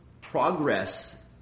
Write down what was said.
progress